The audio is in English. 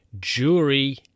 jewelry